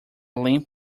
limp